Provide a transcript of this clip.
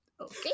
okay